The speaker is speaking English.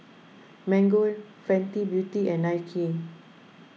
Mango Fenty Beauty and Nike